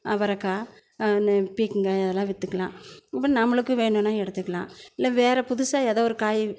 அவரக்காய் நான் பீக்கங்காய் அதெல்லாம் விற்றுக்கலாம் இப்போ நம்மளுக்கு வேணுன்னா எடுத்துக்கலாம் இல்லை வேறு புதுசாக ஏதோ ஒரு காய்